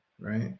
right